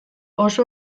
oso